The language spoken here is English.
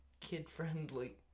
Kid-friendly